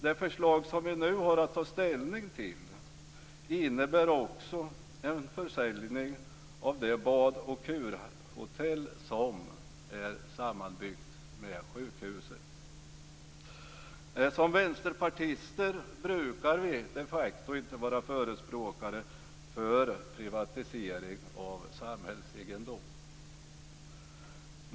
Det förslag som vi nu har att ta ställning till innebär också en försäljning av det bad och kurhotell som är sammanbyggt med sjukhuset i Tranås. Vi vänsterpartister brukar inte vara förespråkare för privatisering av samhällsegendom.